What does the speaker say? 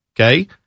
Okay